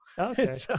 Okay